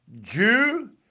Jew